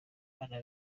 imana